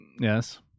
Yes